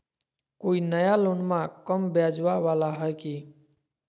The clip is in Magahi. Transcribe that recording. कोइ नया लोनमा कम ब्याजवा वाला हय की?